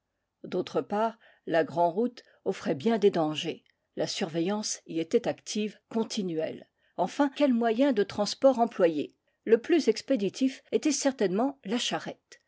d'autre part la grand'routc offrait bien des dangers la surveillance y était active continuelle enfin quel moyen de transport employer le plus expéditif était certainement la charrette